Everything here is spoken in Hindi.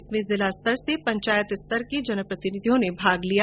इसमें जिला स्तर से पंचायत स्तर तक के जनप्रतिनिधियों ने भाग लिया